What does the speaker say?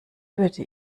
würde